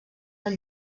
del